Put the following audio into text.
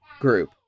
group